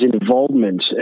involvement